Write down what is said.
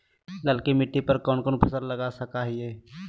ललकी मिट्टी पर कोन कोन फसल लगा सकय हियय?